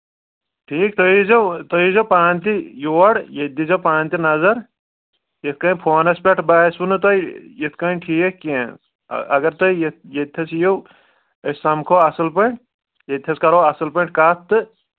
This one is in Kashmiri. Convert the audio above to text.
ٹھیٖک تُہۍ ییٖزیو تُہۍ ییٖزیو پانہٕ تہِ یور ییٚتہِ دیٖزیو پانہٕ تہِ نظر یِتھ کَنۍ فونَس پٮ۪ٹھ باسِوٕ نہٕ تۄہہِ یِتھ کَنۍ ٹھیٖک کیٚنٛہہ اگر تُہۍ ییٚتہِ ییٚتہِ تھَس یِیِو أسۍ سَمکھو اَصٕل پٲٹھۍ ییٚتہِ تھَس کرو اَصٕل پٲٹھۍ کَتھ تہٕ